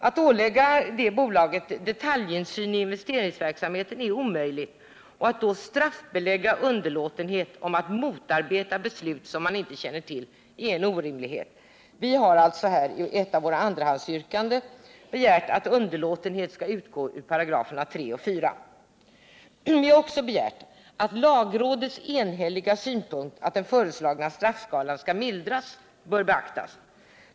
Att ålägga bolaget att ha detaljinsyn i investeringsverksamheten är omöjligt och att straffbelägga underlåtenhet att motarbeta beslut vilka man inte känner till är en orimlighet. Vi har därför i ett av våra andrahandsyrkanden begärt att underlåtenhet skall utgå ur 3 och 4 §§. Vi har också begärt att lagrådets enhälliga synpunkt att den föreslagna straffskalan skall mildras bör beaktas.